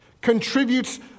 contributes